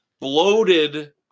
bloated